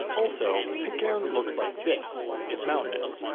also, pitcairn looks like this it's mountainous.